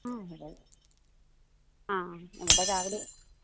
ഉം ഇവിടെ ആ ഇവിടെ രാവിലെ